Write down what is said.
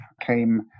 Came